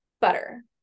butter